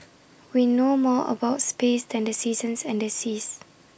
we know more about space than the seasons and the seas